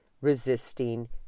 resisting